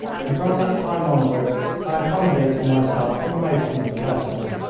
and from that time onward i accommodated myself to the motion of the vessel.